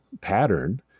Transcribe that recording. pattern